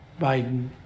Biden